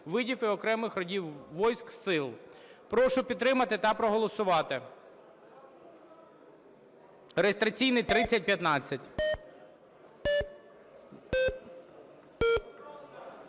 видів і окремих родів військ (сил). Прошу підтримати та проголосувати.